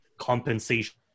compensation